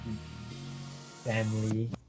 family